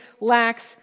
lacks